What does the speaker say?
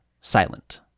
silent